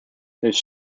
his